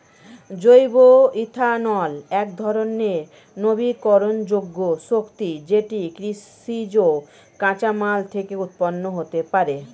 জৈব ইথানল একধরণের নবীকরণযোগ্য শক্তি যেটি কৃষিজ কাঁচামাল থেকে উৎপন্ন হতে পারে